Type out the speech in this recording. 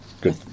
good